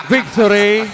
Victory